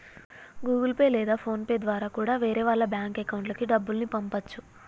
Google Pay లేదా PhonePe ద్వారా కూడా వేరే వాళ్ళ బ్యేంకు అకౌంట్లకి డబ్బుల్ని పంపచ్చు